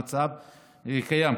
העמדה של הממשלה מתייחסת למצב קיים,